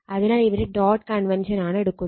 അതിനാൽ ഇവിടെ dot convention ആണ് എടുക്കുന്നത്